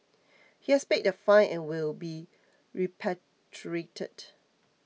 he has paid the fine and will be repatriated